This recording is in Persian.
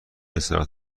استراحت